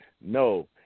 No